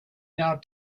now